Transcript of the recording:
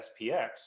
SPX